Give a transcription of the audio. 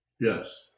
Yes